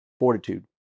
Fortitude